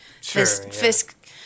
Fisk